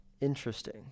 Interesting